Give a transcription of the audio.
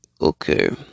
Okay